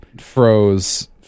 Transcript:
froze